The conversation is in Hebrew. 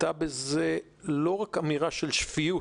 הייתה בה לא רק אמירה של שפיות,